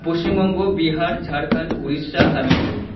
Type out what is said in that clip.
Paschimbanga Bihar Jharkhand Orissa Tamil Nadu